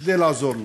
כדי לעזור לו.